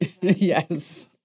Yes